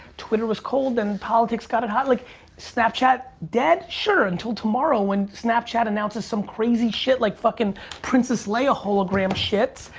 twitter was cold, then politics got it hot, like snapchat, dead. sure until tomorrow when snapchat announces some crazy shit like fuckin' princess lei hologram shit.